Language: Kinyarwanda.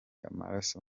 amaraso